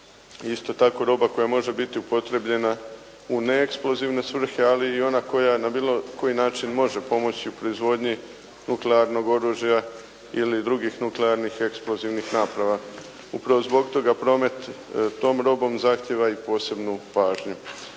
Isto tako i roba koja može biti upotrijebljena u neeksplozivne svrhe ali i ona koja na bilo koji način može pomoći u proizvodnji nuklearnog oružja ili drugih nuklearnih i eksplozivnih naprava. Upravo zbog toga promet tom robom zahtijeva i posebnu pažnju.